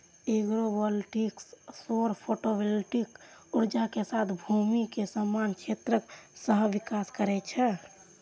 agrovoltaics सौर photovoltaic ऊर्जा के साथ भूमि के समान क्षेत्रक सहविकास करै छै